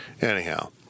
Anyhow